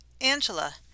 Angela